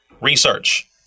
Research